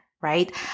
right